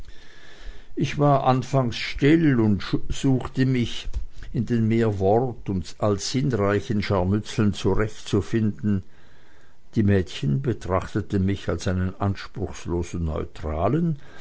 ich war anfangs still und suchte mich in den mehr wort als sinnreichen scharmützeln zurechtzufinden die mädchen betrachteten mich als einen anspruchlosen neutralen